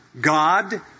God